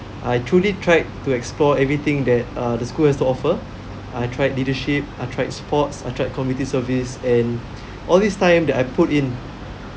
I truly tried to explore everything that uh the school has to offer I tried leadership I tried sports I tried community service and all this time that I put in